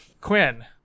quinn